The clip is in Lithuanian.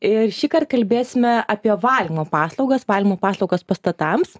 ir šįkart kalbėsime apie valymo paslaugas valymo paslaugos pastatams